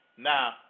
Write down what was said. Now